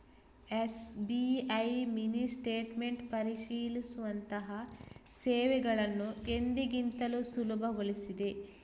SBI mini statement ಪರಿಶೀಲಿಸುವಂತಹ ಸೇವೆಗಳನ್ನು ಎಂದಿಗಿಂತಲೂ ಸುಲಭಗೊಳಿಸಿದೆ